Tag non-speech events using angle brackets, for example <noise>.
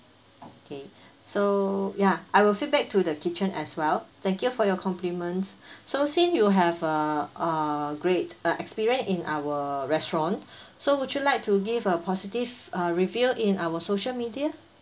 okay so ya I will feedback to the kitchen as well thank you for your compliments so since you have a uh great uh experience in our restaurant <breath> so would you like to give a positive uh review in our social media